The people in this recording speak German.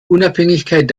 unabhängigkeit